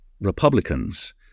Republicans